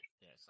Yes